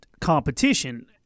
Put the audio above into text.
competition